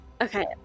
Okay